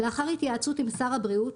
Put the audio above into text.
לאחר התייעצות עם שר הבריאות,